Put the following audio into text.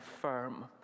firm